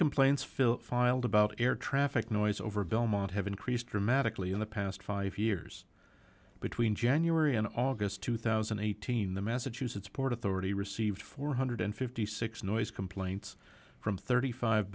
complaints fill filed about air traffic noise over belmont have increased dramatically in the past five years between january and august two thousand and eighteen the massachusetts port authority received four hundred and fifty six noise complaints from thirty five